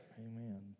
Amen